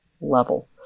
level